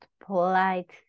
polite